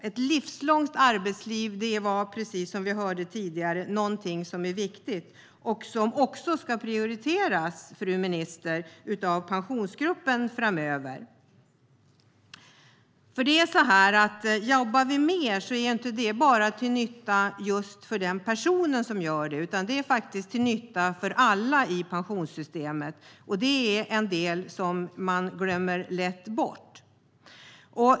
Ett livslångt arbetsliv är viktigt och ska, fru minister, prioriteras av Pensionsgruppen framöver. Om vi jobbar mer är det till nytta inte bara för den person som gör det utan för alla i pensionssystemet. Den delen glöms lätt bort.